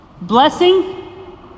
Blessing